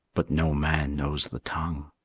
but no man knows the tongue.